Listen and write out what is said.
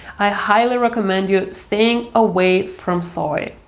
i highly recommend you staying away from soy.